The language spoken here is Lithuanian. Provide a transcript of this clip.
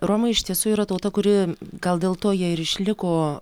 romai iš tiesų yra tauta kuri gal dėl to jie ir išliko